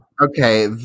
Okay